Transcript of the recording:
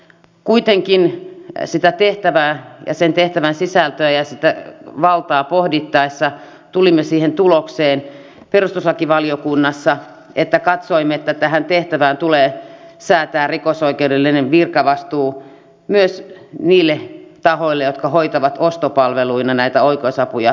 kuitenkin sitä tehtävää ja sen tehtävän sisältöä ja sitä valtaa pohdittaessa tulimme siihen tulokseen perustuslakivaliokunnassa että katsoimme että tähän tehtävään tulee säätää rikosoikeudellinen virkavastuu myös niille tahoille jotka hoitavat ostopalveluina näitä oikeusapu ja edunvalvontatehtäviä